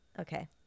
okay